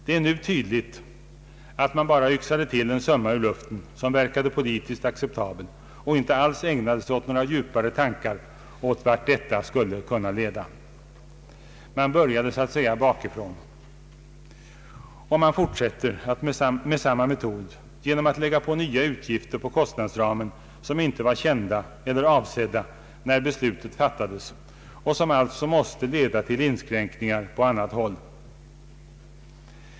Det är nu tydligt att man bara yxade till en summa ur luften, som verkade politiskt acceptabel, och inte alls ägnade sig åt några djupare tankar om vart detta skulle kunna leda. Man började så att säga bakifrån, och man fortsätter med samma metod genom att lägga på ytterligare utgifter på kostnadsramen som inte var kända eller avsedda när beslutet fattades och som alltså måste leda till inskränkningar på annat håll.